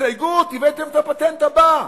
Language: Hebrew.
בהסתייגות הבאתם את הפטנט הבא: